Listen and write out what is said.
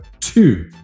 two